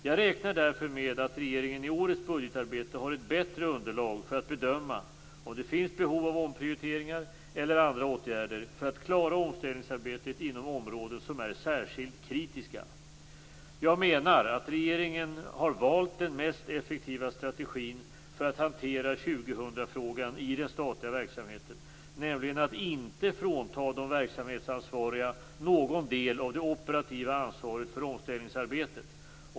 Jag räknar därför med att regeringen i årets budgetarbete har ett bättre underlag för att bedöma om det finns behov av omprioriteringar eller andra åtgärder för att klara omställningsarbetet inom områden som är särskilt kritiska. Jag menar att regeringen har valt den mest effektiva strategin för att hantera 2000-frågan i den statliga verksamheten, nämligen att inte frånta de verksamhetsansvariga någon del av det operativa ansvaret för omställningsarbetet.